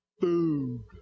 Food